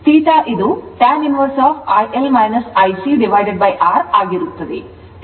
θ tan inverse IL ICR ಆಗಿರುತ್ತದೆ